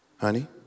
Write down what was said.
Honey